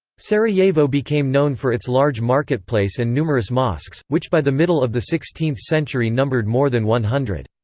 sarajevo became known for its large marketplace and numerous mosques, which by the middle of the sixteenth century numbered more than one hundred.